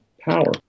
power